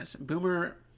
Boomer